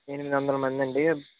ఎనిమిది వందల మంది అండి